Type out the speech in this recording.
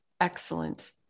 excellent